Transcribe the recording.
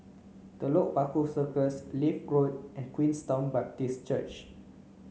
Telok Paku Circus Leith Road and Queenstown Baptist Church